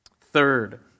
Third